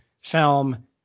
film